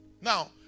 Now